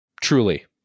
Truly